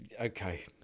Okay